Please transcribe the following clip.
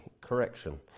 correction